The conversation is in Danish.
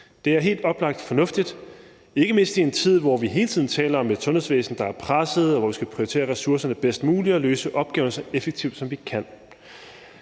Det er helt oplagt fornuftigt, ikke mindst i en tid, hvor vi hele tiden taler om et sundhedsvæsen, der er presset, og hvor vi skal prioritere ressourcerne bedst muligt og løse opgaven så effektivt, som vi kan.